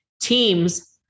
teams